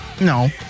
No